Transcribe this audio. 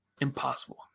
impossible